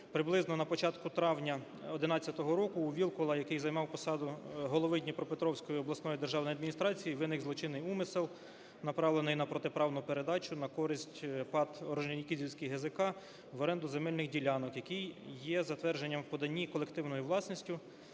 приблизно на початку травня 2011 року у Вілкула, який займав посаду голови Дніпропетровської обласної державної адміністрації виник злочинний умисел, направлений на протиправну передачу на користь ПАТ "Орджонікідзевський ГЗК" в оренду земельних ділянок, які є затверджені в поданні колективною власністю,